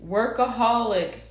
Workaholic